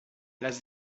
las